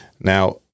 Now